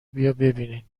ببینین